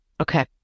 Okay